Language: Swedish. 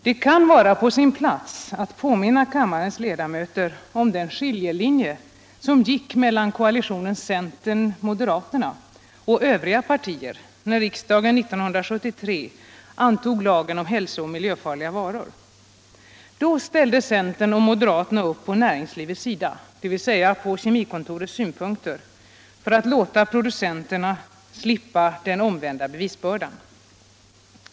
Det kan vara på sin plats att påminna kammarens ledamöter om den skiljelinje som fanns mellan koalitionen center-moderater och övriga partier när riksdagen 1973 antog lagen om hälsooch miljöfarliga varor. Då ställde centern och moderaterna upp på näringslivets sida — dvs. bakom Kemikontorets synpunkter — för att låta producenterna slippa den omvända bevisbördan.